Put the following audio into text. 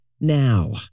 Now